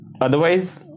otherwise